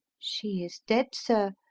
she is dead, sir,